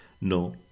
No